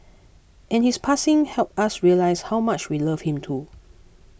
and his passing helped us realise how much we loved him too